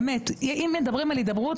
כי אם מדברים על הידברות,